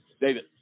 David